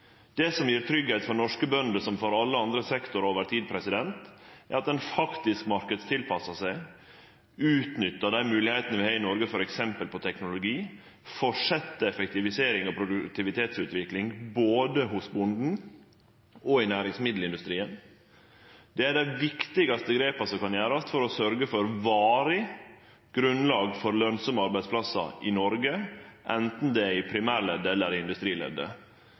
Det som gjev tryggleik for norske bønder, som for alle andre sektorar, over tid, er at ein faktisk marknadstilpassar seg, utnyttar dei moglegheitene vi har i Noreg med omsyn til f.eks. teknologi, og fortset med effektivisering og produktivitetsutvikling både hos bonden og i næringsmiddelindustrien. Det er dei viktigaste grepa som kan gjerast for å sørgje for varig grunnlag for lønsame arbeidsplassar i Noreg, enten det er i primærleddet, eller det er i industrileddet.